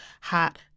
hot